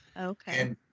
Okay